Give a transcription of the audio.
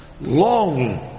longing